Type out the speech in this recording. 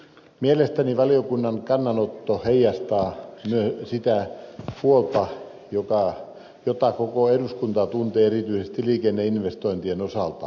mielestäni valiokunnan kannanotto heijastaa sitä huolta jota koko eduskunta tuntee erityisesti liikenneinvestointien osalta